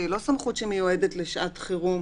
היא לא סמכות שמיועדת לשעת חירום,